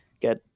get